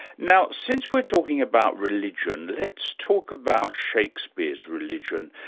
now, since we're talking about religion, let's talk about shakespeare's religion.